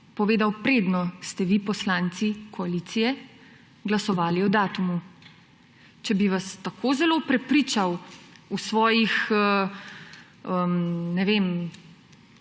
povedal, predno ste vi, poslanci koalicije, glasovali o datumu. Če bi vas tako zelo prepričal o svojih dvomih